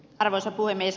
arvoisa puhemies